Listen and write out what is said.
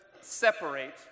separate